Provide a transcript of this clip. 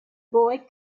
boy